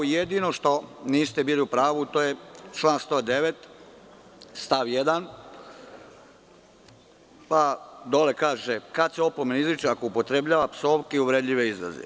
Jedino što niste bili u pravu je član 109. stav 1. koji kaže – opomena se izriče ako upotrebljava psovke i uvredljive izraze.